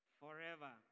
forever